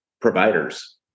providers